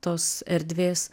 tos erdvės